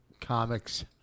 comic's